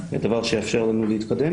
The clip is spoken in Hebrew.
זה דבר שיאפשר לנו להתקדם,